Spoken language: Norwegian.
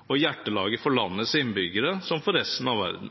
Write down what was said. og det samme hjertelaget for landets innbyggere som for resten av verden.